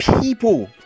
people